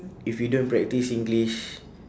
if you don't practice english